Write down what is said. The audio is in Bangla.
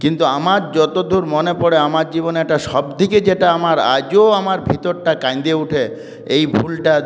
কিন্তু আমার যতদূর মনে পড়ে আমার জীবনে এটা সবথেকে যেটা আমার আজও আমার ভিতরটা কাইন্দে উঠে এই ভুলটা